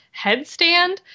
headstand